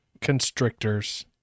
constrictors